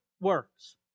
works